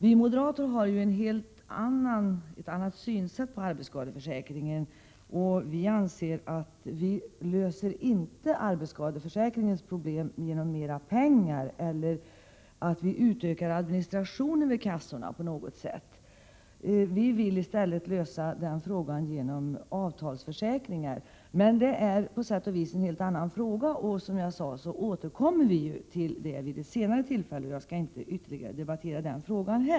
Vi moderater har ett helt annat synsätt på arbetsskadeförsäkringen än andra partier och anser inte att man löser dess problem med hjälp av mer pengar eller en utökning av administrationen vid kassorna. Vi vill i stället lösa problemen genom avtalsförsäkringar. Men det är alltså en helt annan fråga som vi, som jag sade, återkommer till vid ett senare tillfälle.